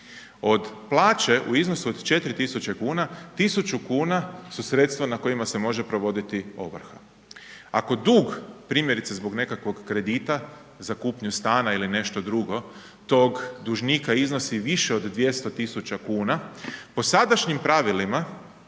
Od plaće u iznosu od 4000 kuna, 1000 kuna su sredstva na kojima se može provoditi ovrha. Ako dug primjerice zbog nekakvog kredita za kupnju stana ili nešto drugo tog dužnika iznosi više nego od 200 000 kuna, po sadašnjim pravilima,